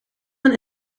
een